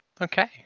Okay